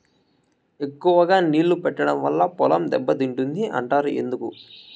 ఎక్కువగా నీళ్లు పెట్టడం వల్ల పొలం దెబ్బతింటుంది అంటారు ఎందుకు?